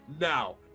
now